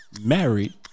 married